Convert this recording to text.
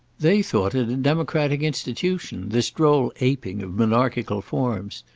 they thought it a democratic institution, this droll a ping of monarchical forms.